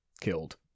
killed